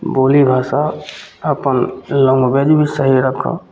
बोली भाषा अपन लैन्ग्वेज भी सही रखऽ